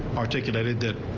articulated that.